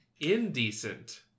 Indecent